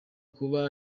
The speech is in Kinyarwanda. kuba